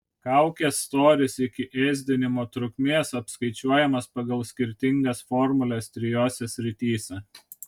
kaukės storis iki ėsdinimo trukmės apskaičiuojamas pagal skirtingas formules trijose srityse